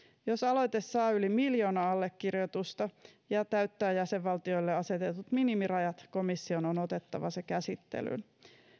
jos aloite saa yli miljoona allekirjoitusta ja täyttää jäsenvaltioille asetetut minimirajat komission on otettava se käsittelyyn